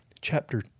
chapter